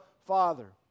Father